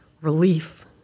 relief